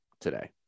today